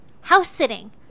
House-sitting